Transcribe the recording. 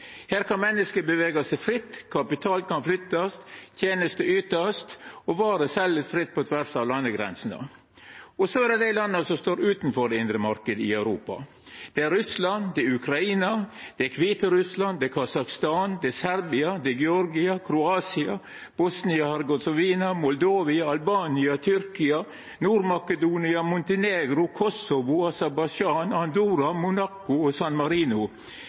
Her kan menneske bevega seg fritt, kapital kan flyttast og tenester ytast, og varer kan seljast fritt på tvers av landegrensene. Så er det dei landa som står utanfor den indre marknaden i Europa. Det er Russland, Ukraina, Kviterussland, Kasakhstan, Serbia, Georgia, Kroatia, Bosnia-Hercegovina, Moldova, Albania, Tyrkia, Nord-Makedonia, Montenegro, Kosovo, Aserbajdsjan, Andorra, Monaco og San Marino. Her er det grensekontrollar, og det er